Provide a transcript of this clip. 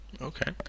Okay